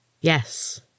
Yes